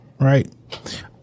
right